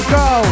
go